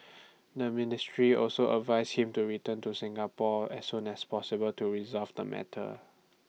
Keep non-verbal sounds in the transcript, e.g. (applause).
(noise) the ministry also advised him to return to Singapore as soon as possible to resolve the matter